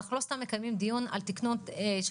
אנחנו לא סתם מקיימים דיון על תקנון של